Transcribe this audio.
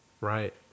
Right